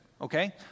Okay